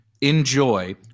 enjoy